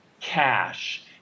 cash